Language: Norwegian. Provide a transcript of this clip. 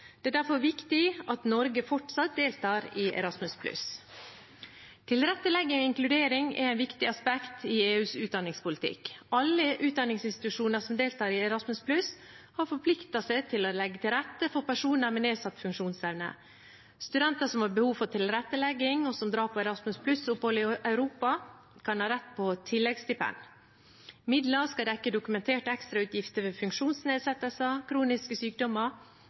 Det er derfor viktig at Norge fortsatt deltar i Erasmus+. Tilrettelegging og inkludering er viktige aspekt i EUs utdanningspolitikk. Alle utdanningsinstitusjoner som deltar i Erasmus+, har forpliktet seg til å legge til rette for personer med nedsatt funksjonsevne. Studenter som har behov for tilrettelegging, og som drar på Erasmus+-opphold i Europa, kan ha rett på tilleggsstipend. Midlene skal dekke dokumenterte ekstrautgifter ved funksjonsnedsettelser, kroniske sykdommer